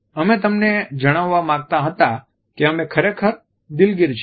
અમે તમને જણાવવા માગતા હતા કે અમે ખરેખર દિલગીર છીએ